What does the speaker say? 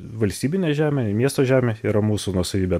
valstybinė žemė miesto žemė yra mūsų nuosavybė